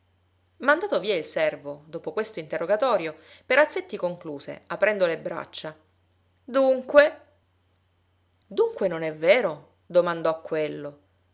mandato via il servo dopo questo interrogatorio perazzetti concluse aprendo le braccia dunque dunque non è vero domandò quello